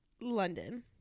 London